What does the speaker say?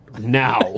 now